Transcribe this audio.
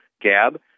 Gab